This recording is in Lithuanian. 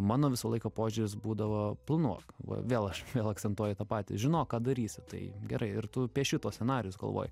mano visą laiką požiūris būdavo planuok va vėl aš vėl akcentuoju tą patį žinok ką darysi tai gerai ir tu pieši tuos scenarijus galvoj